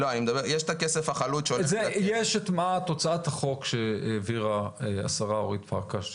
יש את תוצאת החוק שהעבירה השרה אורית פרקש,